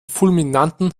fulminanten